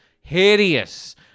Hideous